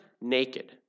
naked